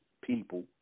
people